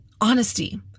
honesty